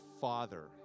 Father